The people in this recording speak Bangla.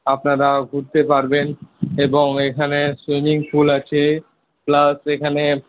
আপনারা ঘুরতে পারবেন এবং এখানে সুইমিং পুল আছে প্লাস এখানে